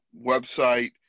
website